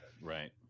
Right